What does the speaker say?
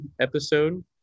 episode